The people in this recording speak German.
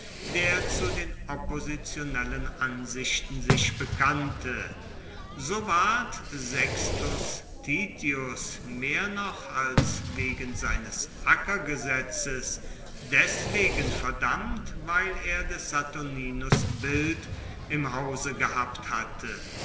der zu den oppositionellen ansichten sich bekannte so ward sextus titius mehr noch als wegen seines ackergesetzes deswegen verdammt weil er des saturninus bild im hause gehabt hatte